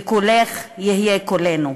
וקולך יהיה קולנו.